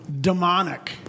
demonic